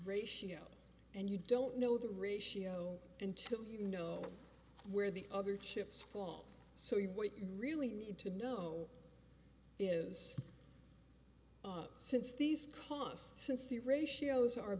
ratio and you don't know the ratio until you know where the other chips fall so what you really need to know is since these costs since the ratios are